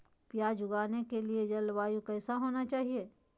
प्याज उगाने के लिए जलवायु कैसा होना चाहिए?